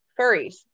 furries